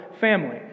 family